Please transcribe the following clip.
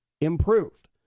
improved